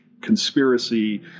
conspiracy